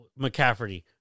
McCafferty